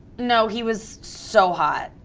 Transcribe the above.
no he was so hot.